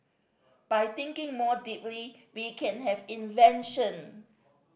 by thinking more deeply we can have invention